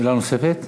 שאלה נוספת?